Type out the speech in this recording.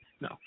No